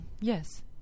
yes